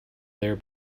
there